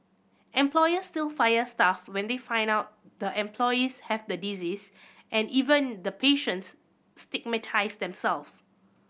employers still fire staff when they find out the employees have the disease and even the patients stigmatise them self